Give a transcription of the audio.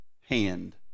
hand